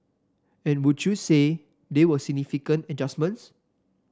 and would you say they were significant adjustments